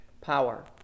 power